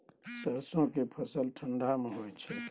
सरसो के फसल ठंडा मे होय छै?